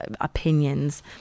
opinions